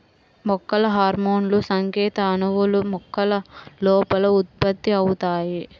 మొక్కల హార్మోన్లుసంకేత అణువులు, మొక్కల లోపల ఉత్పత్తి అవుతాయి